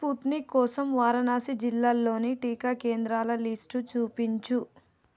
Sputnik కోసం వారనాసి జిల్లాల్లోని టీకా కేంద్రాల లిస్టు చూపించు